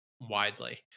widely